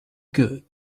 good